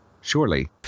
surely